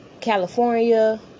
California